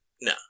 No